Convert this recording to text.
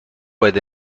باید